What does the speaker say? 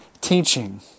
teaching